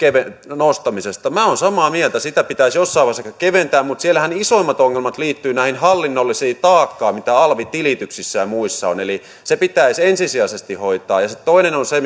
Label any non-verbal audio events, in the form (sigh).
nostamisesta minä olen samaa mieltä sitä pitäisi jossain vaiheessa keventää mutta siellähän isoimmat ongelmat liittyvät hallinnolliseen taakkaan mitä alvitilityksissä ja muissa on eli se pitäisi ensisijaisesti hoitaa ja toinen on se (unintelligible)